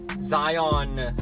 Zion